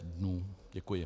Děkuji.